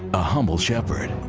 a humble shepherd.